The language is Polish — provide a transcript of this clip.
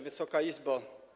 Wysoka Izbo!